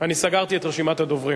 אני סגרתי את רשימת הדוברים.